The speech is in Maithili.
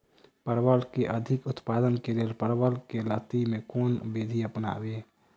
परवल केँ अधिक उत्पादन केँ लेल परवल केँ लती मे केँ कुन विधि अपनाबी?